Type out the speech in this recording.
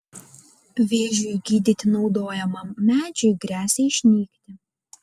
vėžiui gydyti naudojamam medžiui gresia išnykti